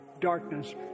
darkness